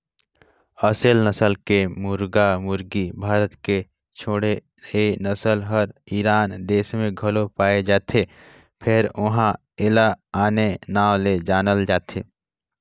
असेल नसल के मुरगा मुरगी भारत के छोड़े ए नसल हर ईरान देस में घलो पाये जाथे फेर उन्हा एला आने नांव ले जानल जाथे